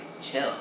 chill